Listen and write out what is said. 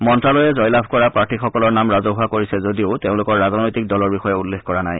মন্ত্যালয়ে জয়লাভ কৰা প্ৰাৰ্থীসকলৰ নাম ৰাজহুৱা কৰিছে যদিও তেওঁলোকৰ ৰাজনৈতিক দলৰ বিষয়ে উল্লেখ কৰা নাই